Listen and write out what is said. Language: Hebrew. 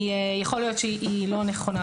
יכול להיות שהיא לא נכונה.